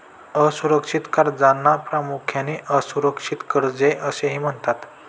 असुरक्षित कर्जांना प्रामुख्याने असुरक्षित कर्जे असे म्हणतात